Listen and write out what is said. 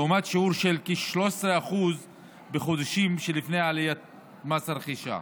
לעומת שיעור של כ-13% בחודשים שלפני העלאת מס הרכישה.